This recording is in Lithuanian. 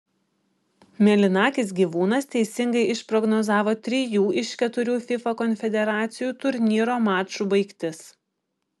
mėlynakis gyvūnas teisingai išprognozavo trijų iš keturių fifa konfederacijų turnyro mačų baigtis